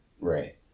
Right